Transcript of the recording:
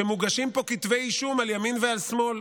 שמוגשים פה כתבי אישום על ימין ועל שמאל.